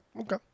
okay